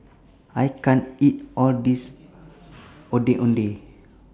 I can't eat All This Ondeh Ondeh